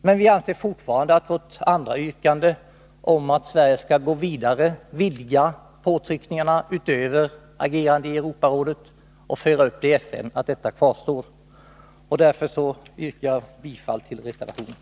Men vi anser fortfarande att vårt andra yrkande om att Sverige skall gå vidare, vidga påtryckningarna utöver agerande i Europarådet och föra det ut i FN kvarstår. Därför yrkar jag bifall till reservationen.